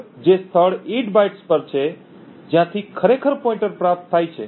ભાગ જે સ્થળ 8 બાઇટ્સ પર છે જ્યાંથી ખરેખર પોઇન્ટર પ્રાપ્ત થાય છે